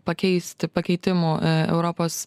pakeisti pakeitimų europos